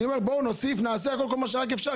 אני מציע שנוסיף ונעשה כל מה שרק אפשר,